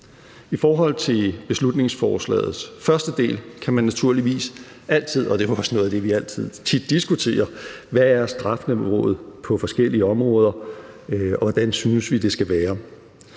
I forhold til beslutningsforslagets første del kan man naturligvis altid – og det er jo også noget af det, vi tit gør – diskutere: Hvad er strafniveauet på forskellige områder, og hvordan synes vi det skal være?